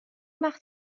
وقت